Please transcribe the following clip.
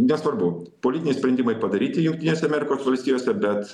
nesvarbu politiniai sprendimai padaryti jungtinėse amerikos valstijose bet